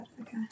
Okay